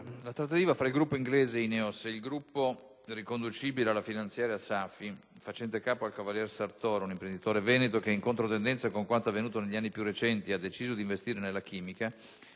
la trattativa tra il gruppo inglese Ineos ed il gruppo riconducibile alla finanziaria SAFI (facente capo al cavalier Sartor, un imprenditore veneto che, in controtendenza con quanto avvenuto negli anni più recenti, ha deciso di investire nella chimica)